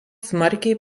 smarkiai